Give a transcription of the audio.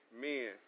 men